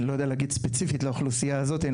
אני לא יודע להגיד ספציפית לאוכלוסייה הזאת.